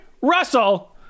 Russell